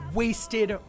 wasted